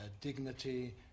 dignity